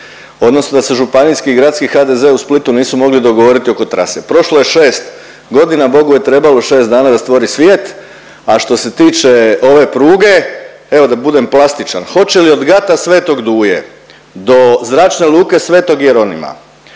Odnosno da se županijski i gradski HDZ u Splitu nisu mogli dogovoriti oko trase. Prošlo je 6 godina, Bogu je trebalo 6 dana da stvori svijet, a što se tiče ove pruge, evo, da budem plastičan, hoće li od gata sv. Duje do zračne luke sv. Jeronima